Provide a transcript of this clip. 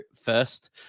first